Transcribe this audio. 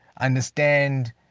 Understand